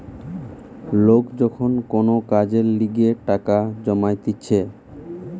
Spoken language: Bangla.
লোক যখন কোন কাজের লিগে টাকা জমাইতিছে